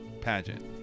Pageant